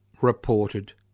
reported